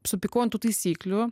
supykau ant tų taisyklių